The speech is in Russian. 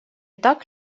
так